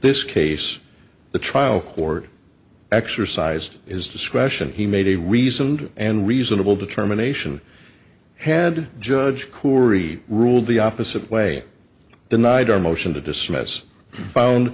this case the trial court exercised his discretion he made a reasoned and reasonable determination had judge koori ruled the opposite way denied our motion to dismiss found